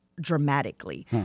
dramatically